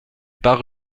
parc